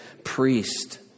priest